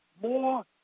more